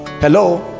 hello